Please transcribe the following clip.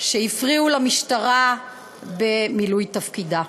שהפריעו למשטרה במילוי תפקידה.